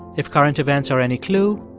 if current events are any clue,